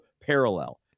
parallel